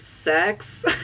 sex